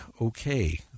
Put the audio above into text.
Okay